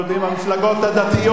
המפלגות הדתיות,